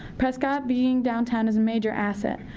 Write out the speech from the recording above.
prescott being downtown is a major asset.